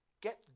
get